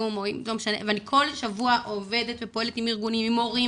אני כל שבוע עובדת ופועלת עם מורים